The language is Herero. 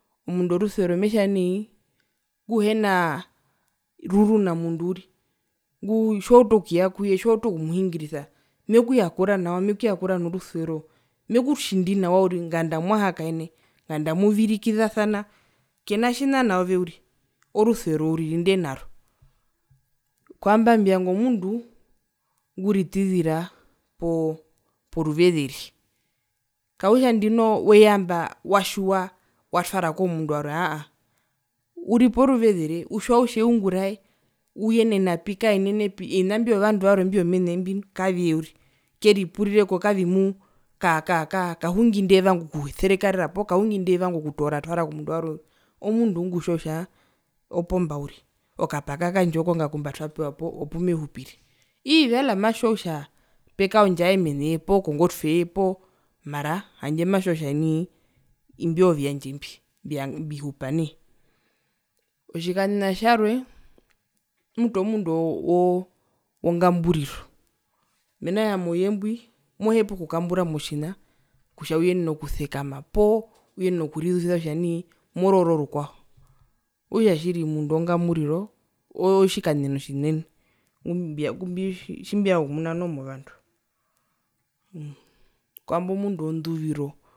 Omundu worusuvero metja nai nguhenaa ruru namundu uriri nguu tjiwautu okuya kuye poo tjiwautu okumuhingirisa mekuyakura nawa mekuyakura norusuvero mekutjindi nawa uriri nganda mwahakaene nganda amuvirikizasana kena tjina naove uriri orusuvero uriri ondenaro, kuamba mbivanga omundu nguritizira poruveze re, kakutja ndino weya mba watjiwa watwara koo munduwarwe aa uriporuveze re utjiwa kutja ungurae uyenapi kaenenepi ovina mbio vandu varwe mbio vyomene mbi kavye keripurireko ka ka kahungi ndevanga okuserekarera poo kahungi poo kahungi ndevanga okutoora okutwara komundu warwe omundu ngutjiwa kutja opomba uriri okapaka kandje okonga pumbatwapewa poo opumehupire, ii wella matjiwa kutja pekaondjaye mene ye poo kongotweye poo mara handje matjiwa kutja nii imbi oovyandje mbi mbihupa nai, otjikanen tjarwe mutu omundu woo wongamburiro mena rokutja mouyembwi mohepa okukambura motjina kutja uyenene okusekama poo uyenene okurizuvisa kutja nai mororo rukwao okutja tjiri omundu wongamburiro otjikanena otjinene ngumbia tji tjimbivanga okumuna noho movandu mmm kwambo mundu wonduviro.